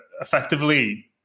effectively